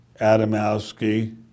Adamowski